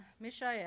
Mishael